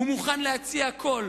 הוא מוכן להציע הכול.